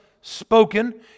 spoken